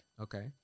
Okay